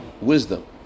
wisdom